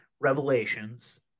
revelations